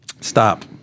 Stop